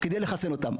כדי לחסן אותם.